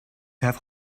have